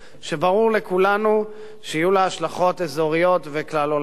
שברור לכולנו שיהיו לה השלכות אזוריות וכלל-עולמיות.